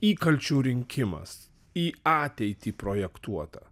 įkalčių rinkimas į ateitį projektuota